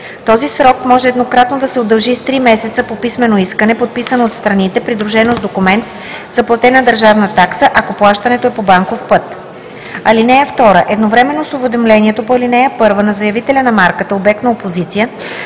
Този срок може еднократно да се удължи с три месеца по писмено искане, подписано от страните, придружено с документ за платена държавна такса, ако плащането е по банков път. (2) Едновременно с уведомлението по ал. 1 на заявителя на марката – обект на опозиция,